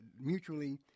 mutually